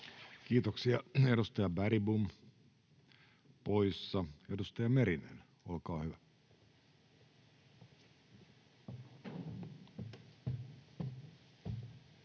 Kiitoksia. — Edustaja Bergbom, poissa. — Edustaja Merinen, olkaa hyvä.